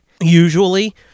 usually